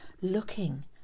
looking